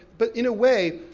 but in a way,